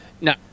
No